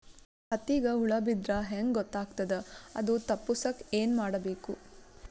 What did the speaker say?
ಹತ್ತಿಗ ಹುಳ ಬಿದ್ದ್ರಾ ಹೆಂಗ್ ಗೊತ್ತಾಗ್ತದ ಅದು ತಪ್ಪಸಕ್ಕ್ ಏನ್ ಮಾಡಬೇಕು?